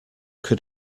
could